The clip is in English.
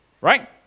right